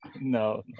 No